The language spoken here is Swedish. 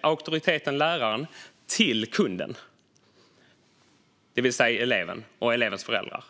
auktoriteten läraren till kunden, det vill säga eleven och elevens föräldrar.